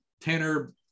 Tanner